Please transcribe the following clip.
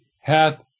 hath